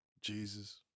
Jesus